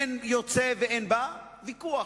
אין יוצא ואין בא, ויכוח.